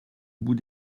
bout